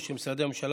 מכובדי השר,